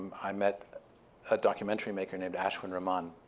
i met a documentary maker named ashwin raman.